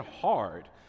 hard